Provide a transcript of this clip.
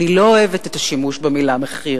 ואני לא אוהבת את השימוש במלה מחיר.